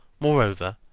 moreover,